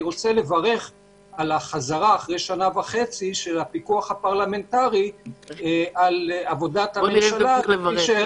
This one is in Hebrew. רוצה לברך על החזרה של הפיקוח הפרלמנטרי אחרי שנה וחצי.